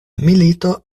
milito